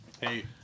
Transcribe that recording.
Hey